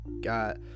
got